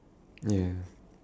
ya